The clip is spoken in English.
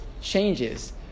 changes